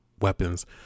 weapons